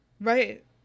Right